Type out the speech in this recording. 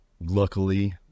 luckily